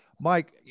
mike